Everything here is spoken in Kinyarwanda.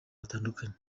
batandukanye